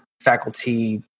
faculty